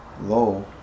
low